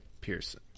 Pearson